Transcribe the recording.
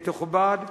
תכובד.